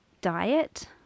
diet